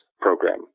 program